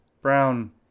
Brown